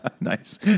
Nice